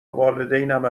والدینم